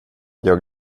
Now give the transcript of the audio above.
jag